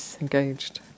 engaged